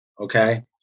Okay